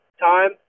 time